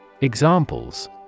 Examples